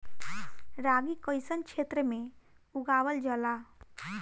रागी कइसन क्षेत्र में उगावल जला?